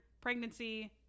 pregnancy